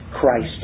Christ